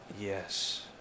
Yes